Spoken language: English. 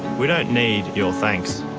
we don't need your thanks,